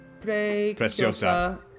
preciosa